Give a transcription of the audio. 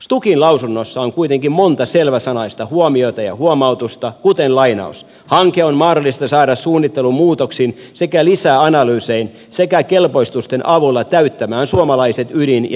stukin lausunnossa on kuitenkin monta selväsanaista huomiota ja huomautusta kuten hanke on mahdollista saada suunnittelumuutoksin sekä lisäanalyysein sekä kelpoistusten avulla täyttämään suomalaiset ydin ja säteilyturvavaatimukset